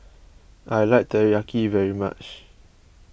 I like Teriyaki very much